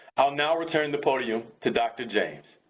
i'll now return the podium to dr. james.